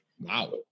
Wow